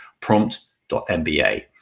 Prompt.mba